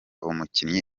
umukinnyi